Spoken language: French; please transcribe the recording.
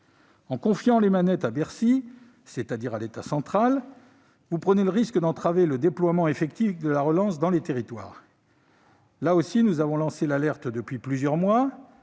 En confiant les manettes à Bercy, autrement dit à l'État central, vous prenez le risque d'entraver le déploiement effectif de la relance dans les territoires. Là aussi, nous avons lancé l'alerte depuis plusieurs mois